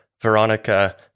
Veronica